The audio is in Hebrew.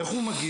איך הוא מגיע?